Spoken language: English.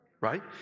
Right